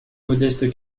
modestes